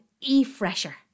E-fresher